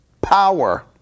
power